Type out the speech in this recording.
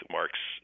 Mark's